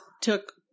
took